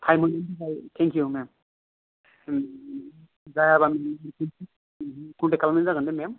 thank you ma'am जायाबा contact खालामनाय जागोन दे मेम